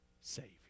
savior